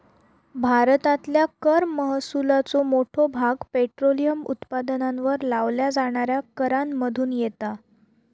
भारतातल्या कर महसुलाचो मोठो भाग पेट्रोलियम उत्पादनांवर लावल्या जाणाऱ्या करांमधुन येता